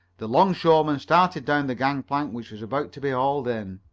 the longshoreman started down the gangplank which was about to be hauled in.